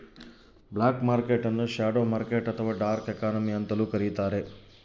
block market ನ್ನು shadow market ಅಥವಾ dark economy ಅಂತಲೂ ಕರಿತಾರೆ